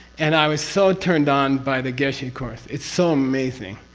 and i was so turned on by the geshe course. it's so amazing.